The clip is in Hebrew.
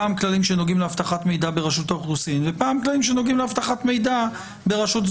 פעם כללים שנוגעים לאבטחת מידע ברשות האוכלוסין,